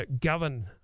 govern